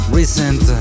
recent